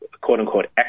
quote-unquote